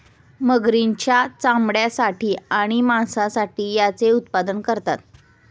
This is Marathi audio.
मगरींच्या चामड्यासाठी आणि मांसासाठी याचे उत्पादन करतात